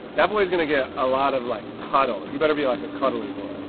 that boys gonna get a lot of like cuddle, he better be like a cuddly boy